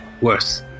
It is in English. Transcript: worse